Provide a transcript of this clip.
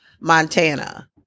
Montana